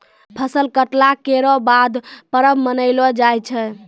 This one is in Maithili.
फसल कटला केरो बाद परब मनैलो जाय छै